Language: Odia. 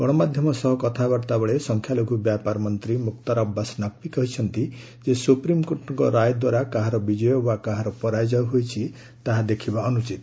ଗଣମାଧ୍ୟମ ସହ କଥାବାର୍ତ୍ତା ବେଳେ ସଂଖ୍ୟାଲଘୁ ବ୍ୟାପାର ମନ୍ତ୍ରୀ ମୁକ୍ତାର ଅବାସ୍ ନକ୍ଭୀ କହିଛନ୍ତି ଯେ ସୁପ୍ରିମକୋର୍ଟଙ୍କ ରାୟ ଦ୍ୱାରା କାହାର ବିଜୟ ବା କାହାର ପରାଜୟ ହୋଇଛି ତାହା ଦେଖିବା ଅନୁଚିତ